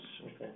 okay